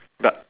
duck